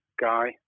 guy